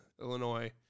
Illinois